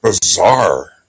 bizarre